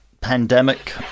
pandemic